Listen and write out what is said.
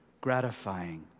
gratifying